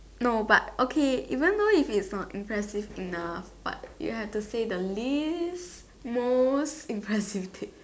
no but okay even though if it's not impressive enough but you have to say the least most impressive thing